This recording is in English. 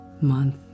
month